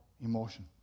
emotion